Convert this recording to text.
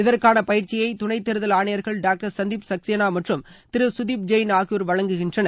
இதற்கான பயிற்சியை துணை தேர்தல் ஆணையர்கள் டாக்டர் சந்தீப் சக்சேனா திரு சுதீப் ஜெயின் ஆகியோர் வழங்குகின்றனர்